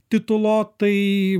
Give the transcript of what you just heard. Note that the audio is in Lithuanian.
titulo tai